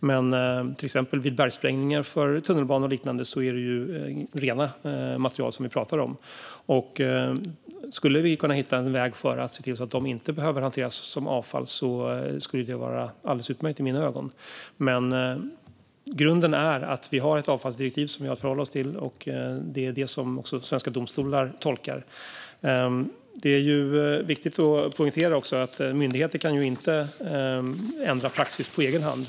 Vid till exempel bergssprängningar för tunnelbana och liknande är det däremot rena material som vi pratar om. Skulle vi kunna hitta en väg för att se till att det materialet inte behöver hanteras som avfall skulle det vara alldeles utmärkt i mina ögon. Grunden är ändå att vi har ett avfallsdirektiv att förhålla oss till, och det är också det som svenska domstolar tolkar. Det är viktigt att poängtera att myndigheter inte kan ändra praxis på egen hand.